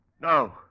No